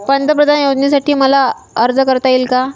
पंतप्रधान योजनेसाठी मला अर्ज करता येईल का?